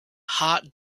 heart